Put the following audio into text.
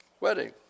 wedding